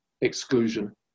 exclusion